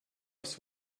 aufs